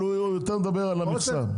אבל הוא יותר מדבר על המכסה.